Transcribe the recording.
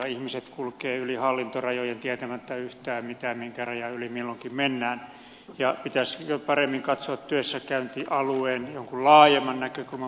ihmiset kulkevat yli hallintorajojen tietämättä yhtään minkä rajan yli milloinkin mennään ja pitäisi paremmin katsoa työssäkäyntialueen jonkun laajemman näkökulman pohjalta